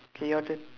K your turn